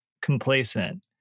complacent